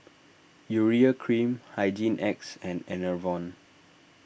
Urea Cream Hygin X and Enervon